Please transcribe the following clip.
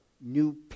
new